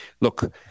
Look